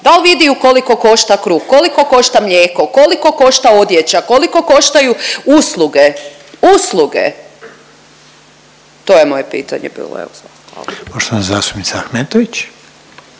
dal vidiju koliko košta kruh, koliko košta mlijeko, koliko košta odjeća, koliko koštaju usluge, usluge, to je moje pitanje bilo, evo samo to,